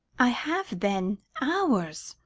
i have been hours.